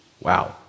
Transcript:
Wow